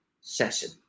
session